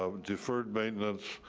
um deferred maintenance,